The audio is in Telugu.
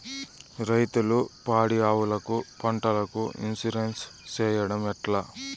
రైతులు పాడి ఆవులకు, పంటలకు, ఇన్సూరెన్సు సేయడం ఎట్లా?